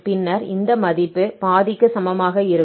பின்னர் இந்த மதிப்பு பாதிக்கு சமமாக இருக்கும்